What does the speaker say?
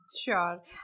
sure